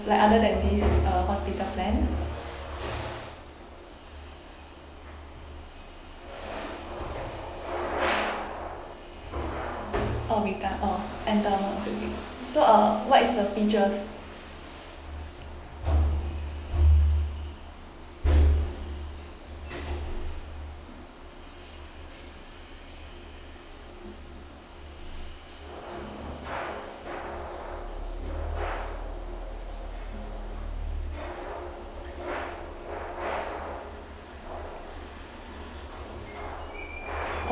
like other than this uh hospital plan orh reti~ orh so uh what is the features